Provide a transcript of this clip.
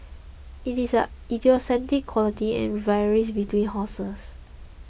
it is an idiosyncratic quality and varies between horses